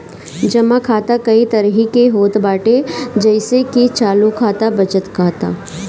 जमा खाता कई तरही के होत बाटे जइसे की चालू खाता, बचत खाता